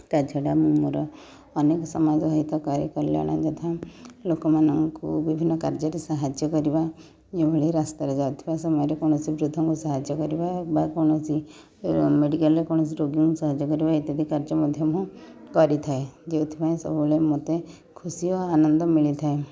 ତା' ଛଡ଼ା ମୁଁ ମୋର ଅନେକ ସମାଜହିତକାରି କଲ୍ୟାଣ ତଥା ଲୋକମାନଙ୍କୁ ବିଭିନ୍ନ କାର୍ଯ୍ୟରେ ସାହାଯ୍ୟ କରିବା ଯେଉଁଭଳି ରାସ୍ତାରେ ଯାଉଥିବା ସମୟରେ କୌଣସି ବୃଦ୍ଧଙ୍କୁ ସାହାଯ୍ୟ କରିବା ବା କୌଣସି ଏ ମେଡ଼ିକାଲରେ କୌଣସି ରୋଗୀଙ୍କୁ ସାହାଯ୍ୟ କରିବା ଇତ୍ୟାଦି କାର୍ଯ୍ୟ ମଧ୍ୟ ମୁଁ କରିଥାଏ ଯେଉଁଥିପାଇଁ ସବୁବେଳେ ମୋତେ ଖୁସି ଓ ଆନନ୍ଦ ମିଳିଥାଏ